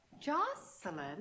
Jocelyn